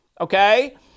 okay